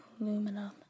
Aluminum